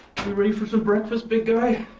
ready for some breakfast big guy?